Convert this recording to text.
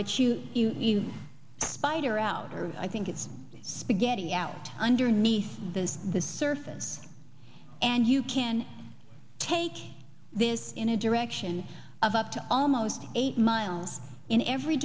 but you you you spider out or i think it's spaghetti out under nice the the surface and you can take this in a direction of up to almost eight miles in every